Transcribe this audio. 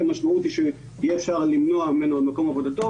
המשמעות היא שיהיה אפשר למנוע ממנו במקום עבודתו.